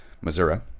Missouri